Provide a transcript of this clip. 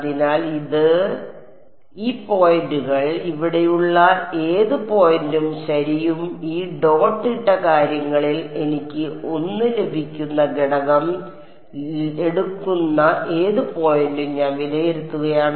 അതിനാൽ ഇത് ഇത് ഇത് ഈ പോയിന്റുകൾ ഇവിടെയുള്ള ഏത് പോയിന്റും ശരിയും ഈ ഡോട്ട് ഇട്ട കാര്യങ്ങളിൽ എനിക്ക് 1 ലഭിക്കുന്ന ഘടകം എടുക്കുന്ന ഏത് പോയിന്റും ഞാൻ വിലയിരുത്തുകയാണ്